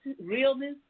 realness